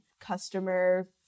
customer